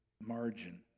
margin